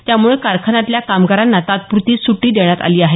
त्याम्ळं कारखान्यातल्या कामगारांना तात्पूरती सूटी देण्यात आली आहे